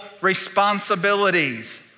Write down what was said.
responsibilities